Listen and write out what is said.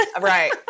Right